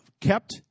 kept